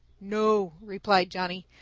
no, replied johnny.